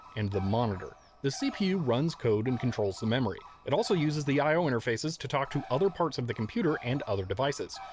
and the monitor. the cpu runs code and controls the memory. it also uses the i o interfaces to talk to other parts of the computer and other devices.